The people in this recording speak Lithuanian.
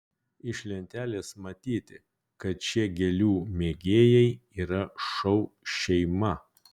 iš lentelės matyti kad šie gėlių mėgėjai yra šou šeima